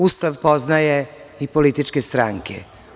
Ustav poznaje i političke stranke.